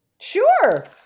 Sure